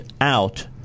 out